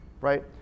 right